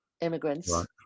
immigrants